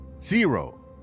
zero